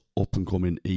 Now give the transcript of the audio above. up-and-coming